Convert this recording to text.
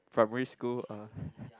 primary school uh